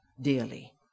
dearly